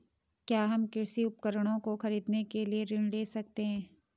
क्या हम कृषि उपकरणों को खरीदने के लिए ऋण ले सकते हैं?